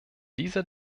dieser